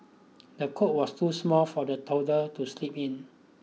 the coat was too small for the toddler to sleep in